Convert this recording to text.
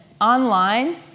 online